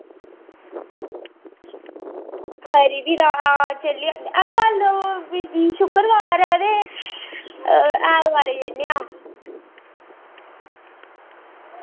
खरी फ्ही तां हां चले कल वी शुक्रवार ऐ ते ऐतवारे जन्ने आं